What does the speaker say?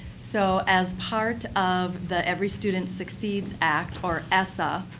so as part of the every student succeeds act, or essa,